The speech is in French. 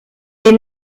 est